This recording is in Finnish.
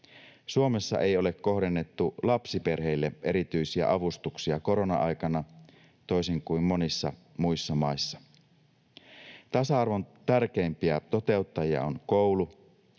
Suomessa ei ole kohdennettu lapsiperheille erityisiä avustuksia korona-aikana, toisin kuin monissa muissa maissa. Tasa-arvon tärkeimpiä toteuttajia on koulu.